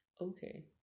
Okay